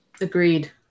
Agreed